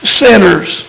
sinners